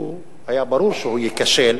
היה ברור שהוא ייכשל,